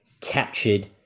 captured